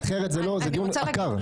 אחרת זה דיון עקר.